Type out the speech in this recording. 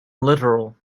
littoral